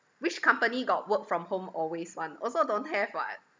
which company got work from home always [one] also don't have [what]